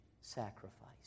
sacrifice